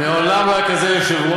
מעולם לא היה כזה יושב-ראש,